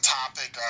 topic